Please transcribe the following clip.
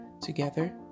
together